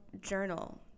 journal